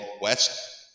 West